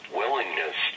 willingness